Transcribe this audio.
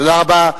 תודה רבה.